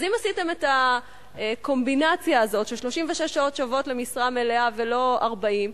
אז אם עשיתם את הקומבינציה הזאת ש-36 שעות שוות למשרה מלאה ולא 40,